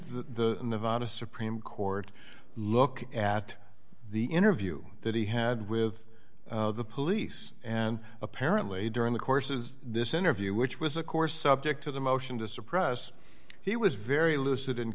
the nevada supreme court look at the interview that he had with the police and apparently during the course of this interview which was of course subject to the motion to suppress he was very l